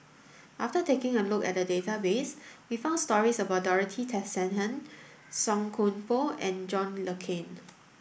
after taking a look at the database we found stories about Dorothy Tessensohn Song Koon Poh and John Le Cain